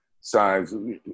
signs